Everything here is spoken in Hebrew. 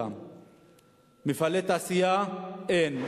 מפעלי תעשייה אין.